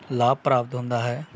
ਲਾਭ ਪ੍ਰਾਪਤ ਹੁੰਦਾ ਹੈ